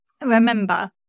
remember